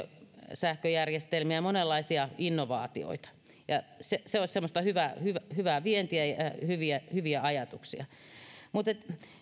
sähköjärjestelmiä monenlaisia innovaatioita ja se se olisi semmoista hyvää vientiä ja hyviä hyviä ajatuksia mutta